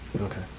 Okay